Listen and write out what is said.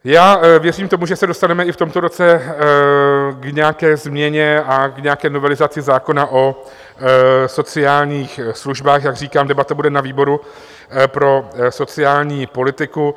Já věřím tomu, že se dostaneme i v tomto roce k nějaké změně a k nějaké novelizaci zákona o sociálních službách, jak říkám, debata bude na výboru pro sociální politiku.